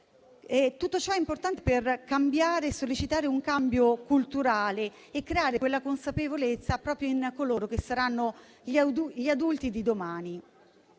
Tutto ciò è importante per sollecitare un cambiamento culturale e creare consapevolezza proprio in coloro che saranno gli adulti di domani.